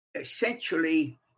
essentially